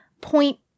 point